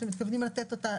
אתם מתכוונים לתת אותה